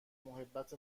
محبت